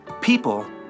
people